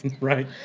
Right